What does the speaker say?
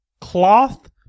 Cloth